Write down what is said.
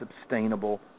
sustainable